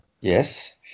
Yes